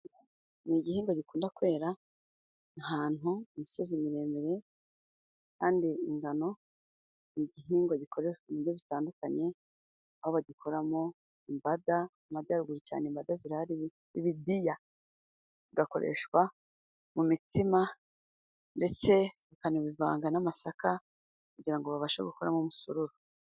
Ni igihingwa gikunda kwera ahantu mu misozi miremire ,kandi ingano ni igihingwa gikoreshashwa mu buryo butandukanye aho bagikoramo imbada ,mu majyaruguru cyane imbada zirahari ibidiya zigakoreshwa mu mitsima, ndetse bakanabivanga n'amasaka kugira ngo babashe gukoramo umusururu.